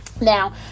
Now